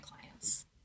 clients